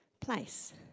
place